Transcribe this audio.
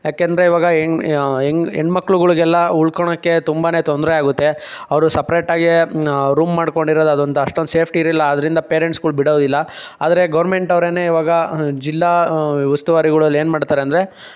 ಯಾಕೆಂದರೆ ಈವಾಗ ಹೆಂಗ್ ಹೆಂಗ್ ಹೆಣ್ಮಕ್ಳುಗಳ್ಗೆಲ್ಲ ಉಳ್ಕೋಳಕ್ಕೆ ತುಂಬ ತೊಂದರೆಯಾಗುತ್ತೆ ಅವರು ಸಪ್ರೇಟಾಗಿ ರೂಮ್ ಮಾಡ್ಕೊಂಡಿರೋದು ಅದೊಂದು ಅಷ್ಟೊಂದು ಸೇಫ್ಟಿ ಇರಲ್ಲ ಆದ್ದರಿಂದ ಪೇರೆಂಟ್ಸ್ಗಳು ಬಿಡೋದಿಲ್ಲ ಆದರೆ ಗೌರ್ಮೆಂಟವ್ರೇ ಈವಾಗ ಜಿಲ್ಲಾ ಉಸ್ತುವಾರಿಗಳು ಅಲ್ಲೇನು ಮಾಡ್ತಾರಂದರೆ